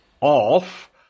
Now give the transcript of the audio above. off